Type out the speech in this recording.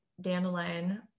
dandelion